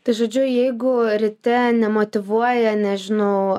tai žodžiu jeigu ryte nemotyvuoja nežinau